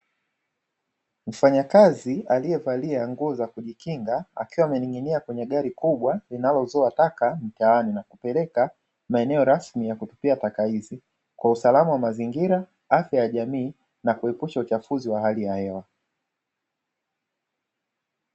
Mfanyakazi alievalia nguo za kujikinga akiwa ameninginia kwenye gari kubwa linalozoa taka mtaani na kupeleka maeneo rasmi za kutupia taka hizo kwa usalama wa mazingira, afya ya jamii na kuepusha uchafuzi wa hali ya hewa.